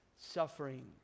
suffering